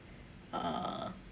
uh